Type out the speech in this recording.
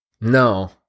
no